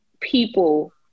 people